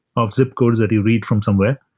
of zip codes that you read from somewhere.